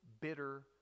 bitter